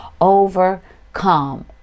overcome